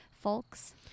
folks